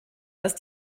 ist